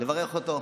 לברך אותו.